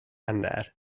hanner